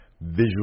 visual